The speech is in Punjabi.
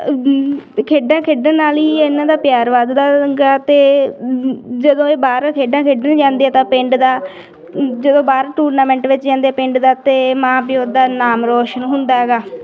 ਖੇਡਾਂ ਖੇਡਣ ਨਾਲ ਹੀ ਇਹਨਾਂ ਦਾ ਪਿਆਰ ਵੱਧਦਾ ਹੈਗਾ ਅਤੇ ਜਦੋਂ ਇਹ ਬਾਹਰ ਖੇਡਾਂ ਖੇਡਣ ਜਾਂਦੇ ਆ ਤਾਂ ਪਿੰਡ ਦਾ ਜਦੋਂ ਬਾਹਰ ਟੂਰਨਾਮੈਂਟ ਵਿੱਚ ਜਾਂਦੇ ਪਿੰਡ ਦਾ ਅਤੇ ਮਾਂ ਪਿਓ ਦਾ ਨਾਮ ਰੋਸ਼ਨ ਹੁੰਦਾ ਹੈਗਾ